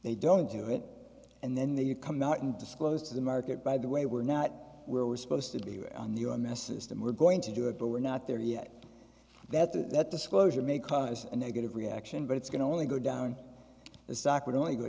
they don't do it and then they you come out and disclosed to the market by the way we're not we're we're supposed to be on the your messages that we're going to do it but we're not there yet that the disclosure may cause a negative reaction but it's going to only go down the stock would only go